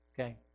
Okay